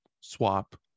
swap